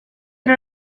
non